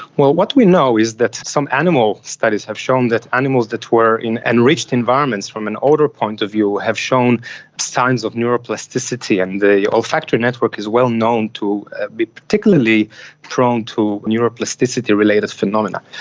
well, what we know is that some animal studies have shown that animals that were in enriched environments from an odour point of view have shown signs of neuroplasticity, and the olfactory network is well known to be particularly prone to neuroplasticity related phenomena.